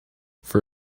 for